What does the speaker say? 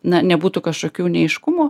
na nebūtų kažkokių neaiškumų